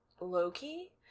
Loki